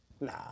Nah